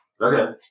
Okay